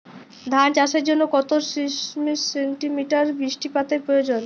ধান চাষের জন্য কত সেন্টিমিটার বৃষ্টিপাতের প্রয়োজন?